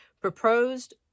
proposed